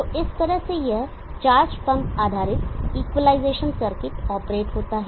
तो इस तरह से यह चार्ज पंप आधारित इक्विलाइजेशन सर्किट ऑपरेट होता है